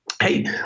Hey